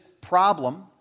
problem